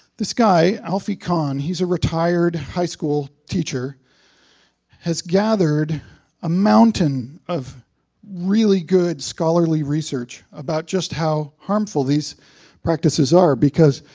this guy, alfie kohn he's a retired high school teacher has gathered a mountain of really good scholarly research about just how harmful these practices are, because,